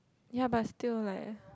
ya but still like